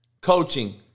coaching